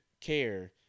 care